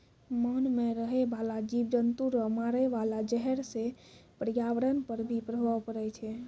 मान मे रहै बाला जिव जन्तु रो मारे वाला जहर से प्रर्यावरण पर भी प्रभाव पड़ै छै